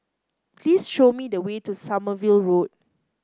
please show me the way to Sommerville Road